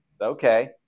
okay